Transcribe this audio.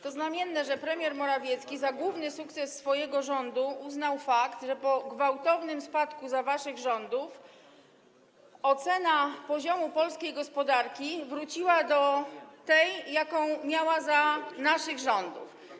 To znamienne, że premier Morawiecki za główny sukces swojego rządu uznał fakt, że po gwałtownym spadku za waszych rządów oceny poziomu polskiej gospodarki wróciła ona do tej, jaką miała za naszych rządów.